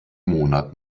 monat